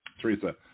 Teresa